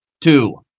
Two